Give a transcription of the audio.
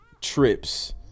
trips